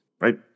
right